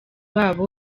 babo